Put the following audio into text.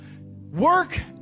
work